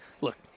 look